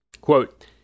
Quote